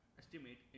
estimate